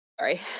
sorry